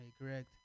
correct